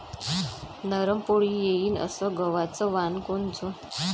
नरम पोळी येईन अस गवाचं वान कोनचं?